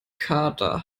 kater